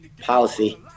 policy